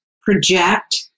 project